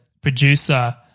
producer